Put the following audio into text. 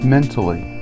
mentally